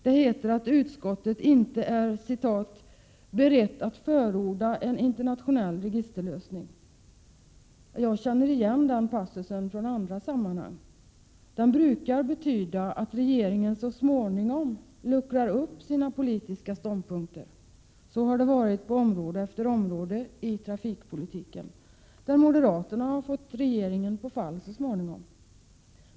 Det heter att utskottet inte är ”berett att förorda en internationell registerlösning”. Jag känner igen passusen från andra sammanhang. Den brukar betyda att regeringen så småningom luckrar upp sina politiska ståndpunkter. Så har det varit på område efter område i trafikpolitiken, där moderaterna så småningom fått regeringen på fall.